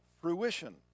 fruition